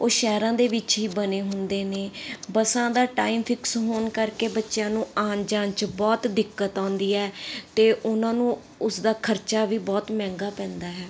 ਉਹ ਸ਼ਹਿਰਾਂ ਦੇ ਵਿੱਚ ਹੀ ਬਣੇ ਹੁੰਦੇ ਨੇ ਬੱਸਾਂ ਦਾ ਟਾਈਮ ਫਿਕਸ ਹੋਣ ਕਰਕੇ ਬੱਚਿਆਂ ਨੂੰ ਆਣ ਜਾਣ 'ਚ ਬਹੁਤ ਦਿੱਕਤ ਆਉਂਦੀ ਹੈ ਅਤੇ ਉਹਨਾਂ ਨੂੰ ਉਸਦਾ ਖਰਚਾ ਵੀ ਬਹੁਤ ਮਹਿੰਗਾ ਪੈਂਦਾ ਹੈ